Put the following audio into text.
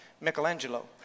Michelangelo